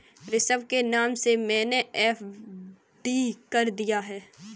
ऋषभ के नाम से मैने एफ.डी कर दिया है